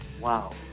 Wow